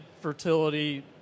fertility